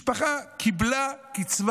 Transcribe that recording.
משפחה קיבלה קצבת